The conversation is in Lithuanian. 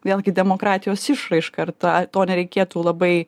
vėlgi demokratijos išraiška ir tą to nereikėtų labai